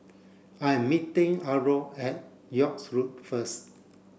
I am meeting Arno at York Road first